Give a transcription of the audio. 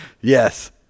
Yes